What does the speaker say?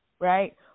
right